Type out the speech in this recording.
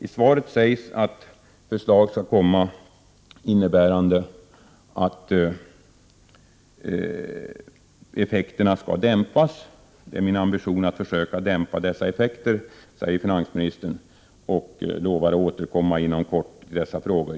I svaret sägs att förslag skall komma innebärande en dämpning av effekterna, och finansministern lovar att inom kort återkomma till dessa frågor.